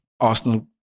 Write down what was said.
Arsenal